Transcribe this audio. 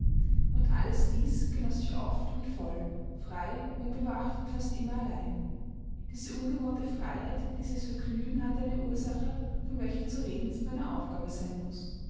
und alles die genoß ich oft und voll frei unbewacht und fast immer allein diese ungewohnte freiheit dieses vergnügen hatte eine ursache von welcher zu reden jetzt meine aufgabe sein muß